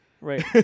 Right